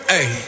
ay